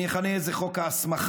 אני אכנה את זה "חוק ההסמכה",